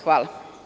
Hvala.